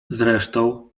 zresztą